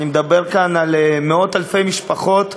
אני מדבר כאן על מאות-אלפי משפחות,